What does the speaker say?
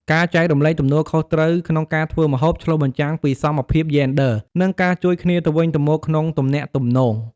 ការចែករំលែកទំនួលខុសត្រូវក្នុងការធ្វើម្ហូប ឆ្លុះបញ្ចាំងពីសមភាពយេនឌ័រ និងការជួយគ្នាទៅវិញទៅមកក្នុងទំនាក់ទំនង។